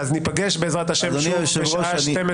ניפגש בעז"ה בשעה